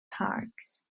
parks